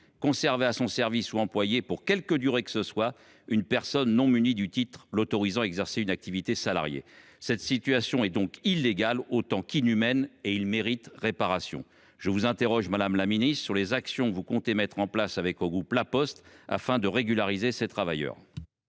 conserver à son service ou employer pour quelque durée que ce soit [une personne] non muni[e] du titre l’autorisant à exercer une activité salariée ». Cette situation est donc illégale autant qu’inhumaine et ces personnes méritent réparation. Madame la ministre, quelles actions le Gouvernement compte t il mettre en place avec le groupe La Poste pour régulariser ces travailleurs